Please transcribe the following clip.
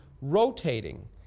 rotating